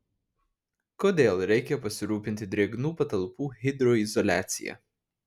kodėl reikia pasirūpinti drėgnų patalpų hidroizoliacija